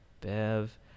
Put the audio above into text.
Bev